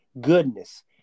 goodness